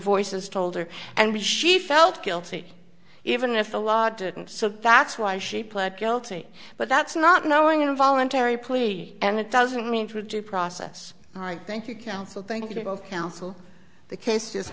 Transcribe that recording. voices told her and she felt guilty even if the law didn't so that's why she pled guilty but that's not knowing involuntary plea and it doesn't mean through due process thank you counsel thank you both counsel the case just